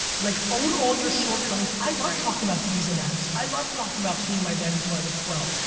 like own all your shortcomings, i love talking about d's and f's. i love talking about peeing my bed until i was twelve.